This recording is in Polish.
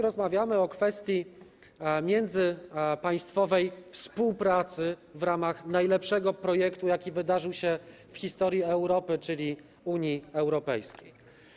Rozmawiamy o kwestii międzypaństwowej współpracy w ramach najlepszego projektu, jaki wydarzył się w historii Europy, czyli Unii Europejskiej.